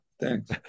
Thanks